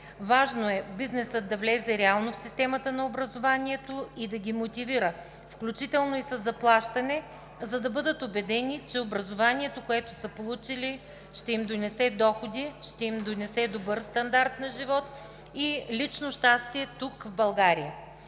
Важно е бизнесът да влезе реално в системата на образованието и да ги мотивира включително и със заплащане, за да бъдат убедени, че образованието, което са получили, ще им донесе доходи, ще им донесе добър стандарт на живот и лично щастие тук, в България.